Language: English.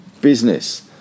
business